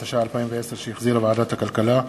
התש"ע 2010,